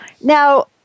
Now